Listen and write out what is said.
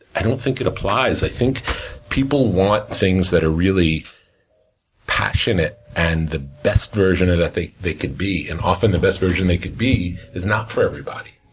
i don't think it applies. i think people want things that are really passionate, and the best version they they could be, and often, the best version they could be is not for everybody.